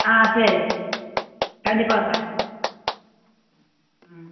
ஆ சரிங்க கண்டிப்பாக வந்து வாங்கிங்க ம் ம்